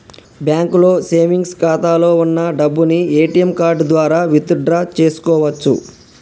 బ్యాంకులో సేవెంగ్స్ ఖాతాలో వున్న డబ్బును ఏటీఎం కార్డు ద్వారా విత్ డ్రా చేసుకోవచ్చు